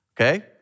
Okay